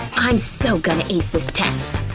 i'm so gonna ace this test!